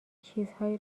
چیزهایی